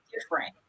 different